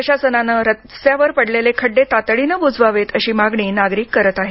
प्रशासनाने रस्त्यावर पडलेले खड्डे तातडीने बुजवावेत अशी मागणी नागरिक करत आहेत